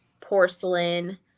porcelain